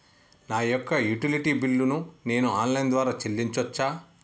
నా యొక్క utility bill ను నేను ఆన్ లైన్ ద్వారా చెల్లించొచ్చా?